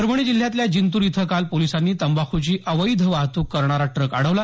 परभणी जिल्ह्यातल्या जिंतूर इथं काल पोलिसांनी तंबाखूची अवैध वाहतूक करणारा ट्रक अडवला